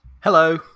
Hello